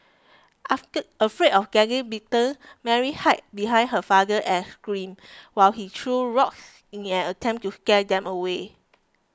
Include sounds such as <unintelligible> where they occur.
<unintelligible> afraid of getting bitten Mary hid behind her father and scream while he threw rocks in an attempt to scare them away